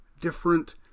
different